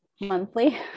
monthly